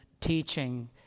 teaching